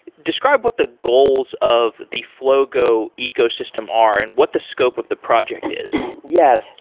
describe what the goals of the flogo ecosystem are and what the scope of the project is yes.